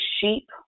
sheep